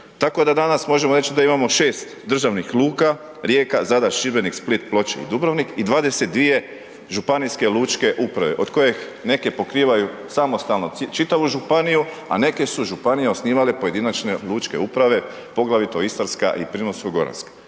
Tako da danas možemo reći da imamo 6 državnih luka, Rijeka, Zadar, Šibenik, Split, Ploče i Dubrovnik i 22 županijske lučke uprave od kojih neke pokrivaju samostalno čitavu županiju, a neke su županije osnivale pojedinačne lučke uprave, poglavito istarska i primorsko-goranska.